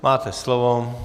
Máte slovo.